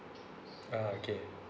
ah okay